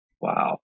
Wow